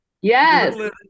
Yes